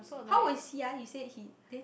how old is he ah you said he then